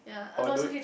although